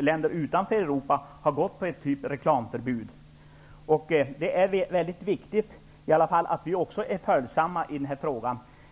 länder utanför Europa har infört olika typer av reklamförbud. Det är väldigt viktigt att vi också är följsamma i den här frågan.